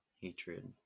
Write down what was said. hatred